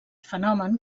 fenomen